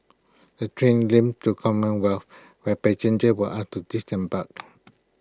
the train limped to commonwealth where passengers were asked to disembark